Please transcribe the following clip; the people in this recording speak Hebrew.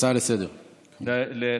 הצעה לסדר-היום.